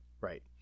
Right